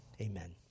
Amen